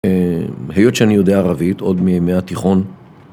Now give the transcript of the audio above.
היות שאני יודע ערבית עוד מימי התיכון.